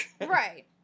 Right